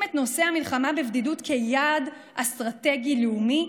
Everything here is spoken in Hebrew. את נושא המלחמה בבדידות כיעד אסטרטגי לאומי,